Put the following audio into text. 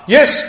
Yes